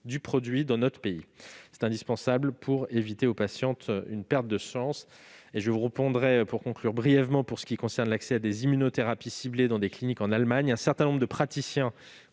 du produit dans notre pays. C'est indispensable pour éviter aux patientes une perte de chance. Pour conclure, je vous répondrai brièvement au sujet de l'accès à des immunothérapies ciblées dans des cliniques allemandes. Un certain nombre de praticiens